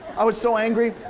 i was so angry.